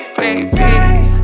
baby